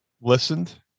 listened